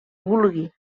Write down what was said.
vulgui